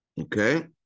okay